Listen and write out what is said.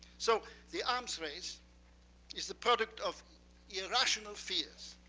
so the arms race is the product of irrational fears